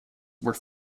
were